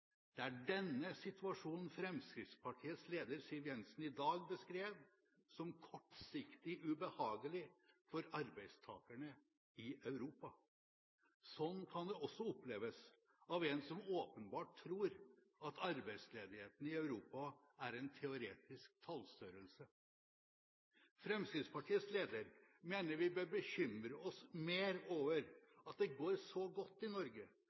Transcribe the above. Det er denne situasjonen Fremskrittspartiets leder, Siv Jensen, i dag beskrev som kortsiktig ubehagelig for arbeidstakerne i Europa. Sånn kan det også oppleves av en som åpenbart tror at arbeidsledigheten i Europa er en teoretisk tallstørrelse. Fremskrittspartiets leder mener vi bør bekymre oss mer over at det går så godt i Norge,